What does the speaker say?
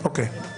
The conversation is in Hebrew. אני